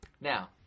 Now